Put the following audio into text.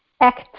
act